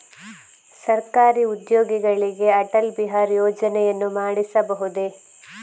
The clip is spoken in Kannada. ಸರಕಾರಿ ಉದ್ಯೋಗಿಗಳಿಗೆ ಅಟಲ್ ಬಿಹಾರಿ ಯೋಜನೆಯನ್ನು ಮಾಡಿಸಬಹುದೇ?